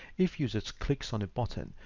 if users clicks on a button,